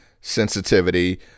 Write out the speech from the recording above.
sensitivity